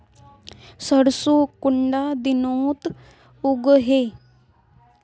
सरसों कुंडा दिनोत उगैहे?